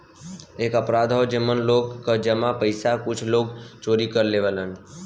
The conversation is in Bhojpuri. एक अपराध हौ जेमन लोग क जमा पइसा कुछ लोग चोरी कर लेवलन